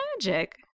magic